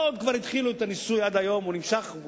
כבר התחילו את הניסוי ועד היום הוא נמשך.